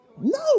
No